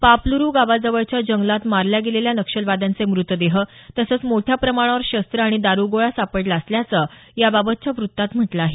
पापलूरु गावाजवळच्या जंगलात मारल्या गेलेल्या नक्षलवाद्यांचे मृतदेह तसंच मोठ्या प्रमाणावर शस्त्र आणि दारुगोळा सापडले असल्याचं याबाबतच्या वृत्तात म्हटलं आहे